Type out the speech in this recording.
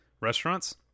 restaurants